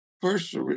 first